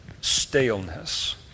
staleness